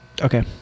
Okay